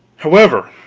however,